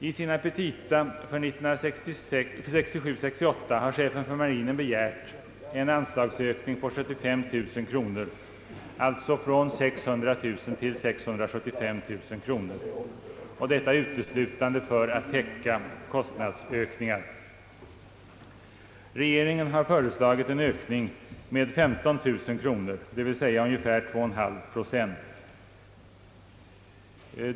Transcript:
I sina petita för 1967/68 har chefen för marinen begärt en anslagsökning på 75 000 kronor, alltså en höjning från 600 000 till 675 000 kronor, och detta uteslutande för att täcka kostnadsökningar. Regeringen har föreslagit en ökning med 15 000 kronor, d. v. s. ungefär 2,5 procent.